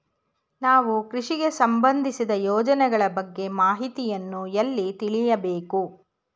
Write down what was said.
ನಾವು ಕೃಷಿಗೆ ಸಂಬಂದಿಸಿದ ಯೋಜನೆಗಳ ಬಗ್ಗೆ ಮಾಹಿತಿಯನ್ನು ಎಲ್ಲಿ ತಿಳಿಯಬೇಕು?